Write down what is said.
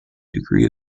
degree